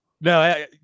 No